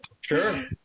Sure